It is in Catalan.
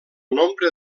nombre